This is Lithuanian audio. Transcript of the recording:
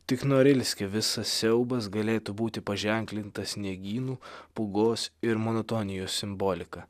tik norilske visas siaubas galėtų būti paženklintas sniegynų pūgos ir monotonijos simbolika